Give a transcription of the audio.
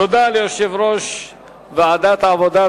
תודה ליושב-ראש ועדת העבודה,